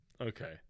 Okay